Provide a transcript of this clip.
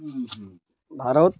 Bharat